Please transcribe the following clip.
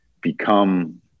become